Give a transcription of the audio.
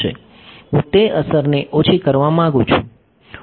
હું તે અસરને ઓછી કરવા માંગુ છું